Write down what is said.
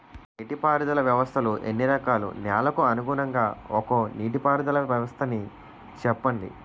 నీటి పారుదల వ్యవస్థలు ఎన్ని రకాలు? నెలకు అనుగుణంగా ఒక్కో నీటిపారుదల వ్వస్థ నీ చెప్పండి?